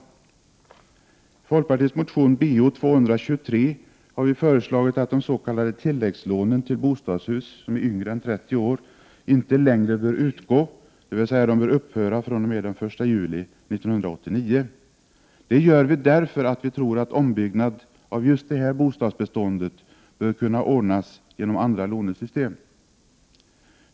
I folkpartiets motion Bo 223 har vi föreslagit att de s.k. tilläggslånen till bostadshus yngre än 30 år inte längre bör utgå, dvs. de bör upphöra den 1 juli 1989. Det gör vi därför att vi tror att ombyggnad av just detta bostadsbestånd bör kunna ordnas genom andra lånesystem.